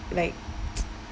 like